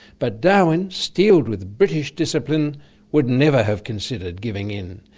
but darwin, steeled with british discipline would never have considered giving in.